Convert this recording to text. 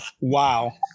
Wow